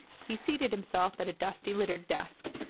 he seated himself at a dusty littered desk,